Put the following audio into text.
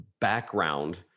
background